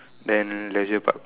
then leisure park